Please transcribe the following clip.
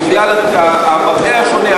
בגלל המראה השונה,